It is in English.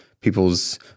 people's